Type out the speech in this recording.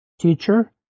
Teacher